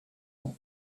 ans